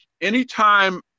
anytime